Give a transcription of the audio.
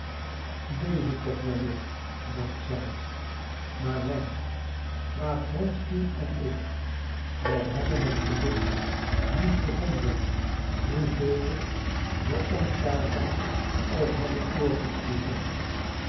deze toch wellicht dacht zij maar wij graaf wronsky en ik wij hebben het geluk niet gevonden hoeveel we ons daarvan ook hadden